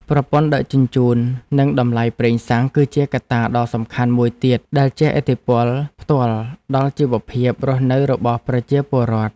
ប្រព័ន្ធដឹកជញ្ជូននិងតម្លៃប្រេងសាំង គឺជាកត្តាដ៏សំខាន់មួយទៀតដែលជះឥទ្ធិពលផ្ទាល់ដល់ជីវភាពរស់នៅរបស់ប្រជាពលរដ្ឋ។